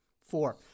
Four